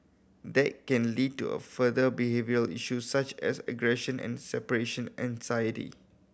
that can lead to a further behaviour issues such as aggression and separation anxiety